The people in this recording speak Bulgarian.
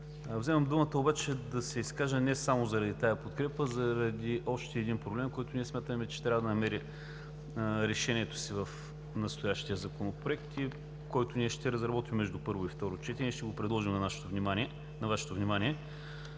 Вземам думата обаче да се изкажа не само заради тази подкрепа – заради още един проблем, който ние смятаме, че трябва да намери решението си в настоящия законопроект и който ние ще разработим между първо и второ четене и ще го предложим на Вашето внимание,